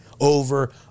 over